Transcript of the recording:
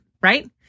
right